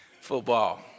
Football